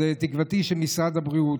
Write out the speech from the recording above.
אז תקוותי היא שמשרד הבריאות,